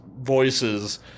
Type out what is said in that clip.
voices